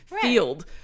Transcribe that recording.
field